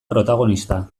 protagonista